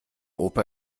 opa